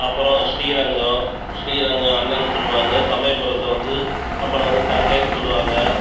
அப்புறம் ஸ்ரீரங்கம் ஸ்ரீரங்கம் அண்ணன்னு சொல்வாங்க சமயபுரத்தை வந்து அம்மனை வந்து தங்கைன்னு சொல்லுவாங்க